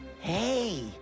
Hey